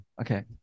okay